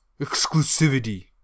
exclusivity